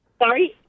sorry